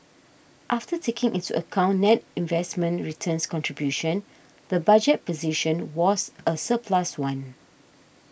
after taking into account net investment returns contribution the budget position was a surplus one